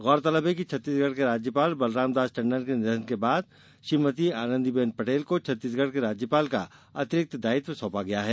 गौरतलब है कि छत्तीसगढ़ के राज्यपाल बलराम दास टंडन के निधन के बाद श्रीमती आनंदी बेन पटेल को छत्तीसगढ़ के राज्यपाल का अतिरिक्त दायित्व सौंपा गया है